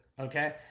Okay